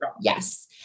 Yes